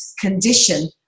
condition